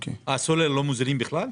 את הסולר לא מוזילים בכלל?